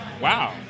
wow